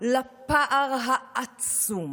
לפער העצום